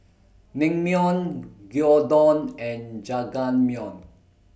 Naengmyeon Gyudon and Jajangmyeon